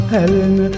Helen